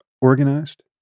organized